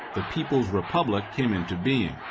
the people's republic came into being.